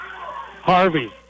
Harvey